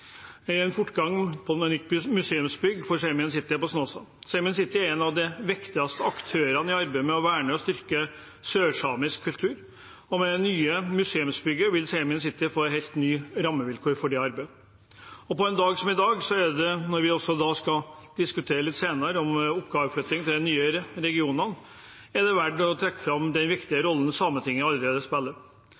med fortgang i nytt museumsbygg for Saemien Sijte i Snåsa. Saemien Sijte er en av de viktigste aktørene i arbeidet med å verne og styrke sørsamisk kultur. Med det nye museumsbygget vil Saemien Sijte få helt nye rammevilkår for det arbeidet. På en dag som denne, når vi litt senere skal diskutere oppgaveflytting til de nye regionene, er det verdt å trekke fram den viktige rollen Sametinget allerede spiller.